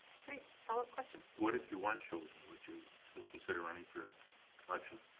great, follow-up questions? what if you weren't chosen, would you still consider running for election?